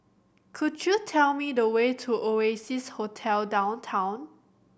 could you tell me the way to Oasia Hotel Downtown